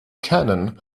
cannon